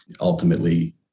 ultimately